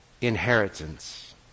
inheritance